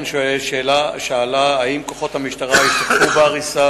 התלוו שוטרים אל אנשי חברת הגבייה בעיר טייבה,